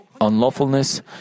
unlawfulness